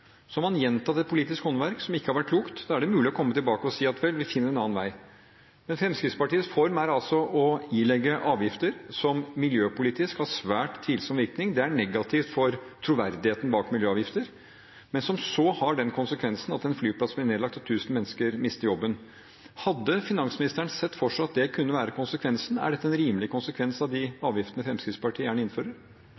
som ikke har vært klokt. Da er det mulig å komme tilbake og si at man finner en annen vei. Men Fremskrittspartiets form er altså å ilegge avgifter som miljøpolitisk har svært tvilsom virkning – det er negativt for troverdigheten bak miljøavgifter – og som så har den konsekvensen at en flyplass blir nedlagt og tusen mennesker mister jobben. Hadde finansministeren sett for seg at det kunne være konsekvensen, og er dette en rimelig konsekvens av de